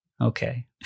Okay